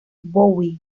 bowie